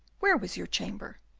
where was your chamber?